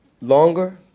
longer